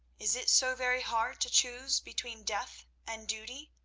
is it so very hard to choose between death and duty?